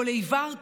כל איבר,